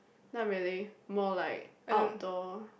not really more like outdoor